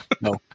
No